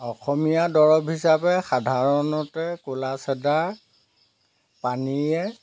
অসমীয়া দৰৱ হিচাপে সাধাৰণতে ক'লা চাদা পানীৰে